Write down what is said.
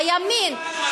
הימין,